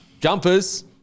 jumpers